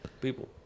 People